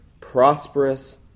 prosperous